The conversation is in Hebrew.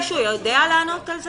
מישהו יודע לענות על זה?